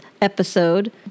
episode